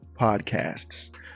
podcasts